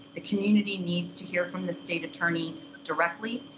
the community needs to hear from the state attorney directly